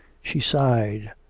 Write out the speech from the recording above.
she sighed,